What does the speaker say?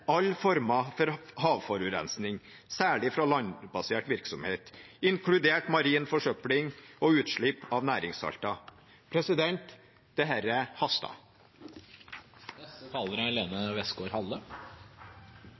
former for havforurensning, særlig fra landbasert virksomhet, inkludert marin forsøpling og utslipp av næringssalter» Dette haster. Blir verden et bedre sted å leve neste